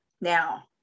Now